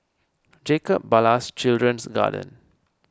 Jacob Ballas Children's Garden